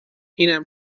اینم